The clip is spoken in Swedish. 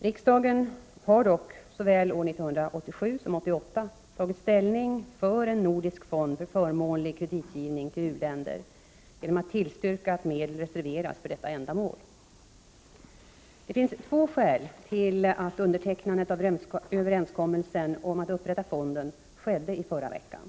Riksdagen har dock såväl år 1987 som år 1988 tagit ställning för en nordisk fond för förmånlig kreditgivning till u-länder genom att tillstyrka att medel reserveras för detta ändamål. Det finns två skäl till att undertecknandet av överenskommelsen om att upprätta fonden skedde i förra veckan.